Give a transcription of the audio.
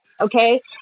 Okay